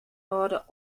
hâlde